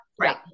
right